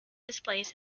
displays